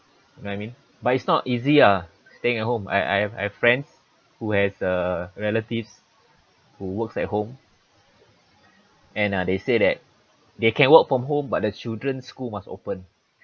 you know what I mean but it's not easy ah staying at home I I I have friends who has uh relatives who works at home and uh they say that they can work from home but the children's school must open open